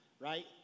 right